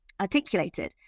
articulated